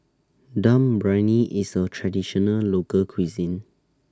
Dum Briyani IS A Traditional Local Cuisine